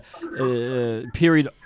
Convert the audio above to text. period